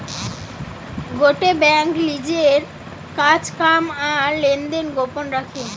গটে বেঙ্ক লিজের কাজ কাম আর লেনদেন গোপন রাখে